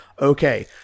Okay